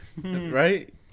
right